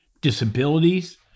disabilities